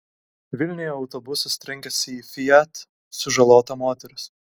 vilniuje autobusas trenkėsi į fiat sužalota moteris